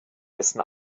dessen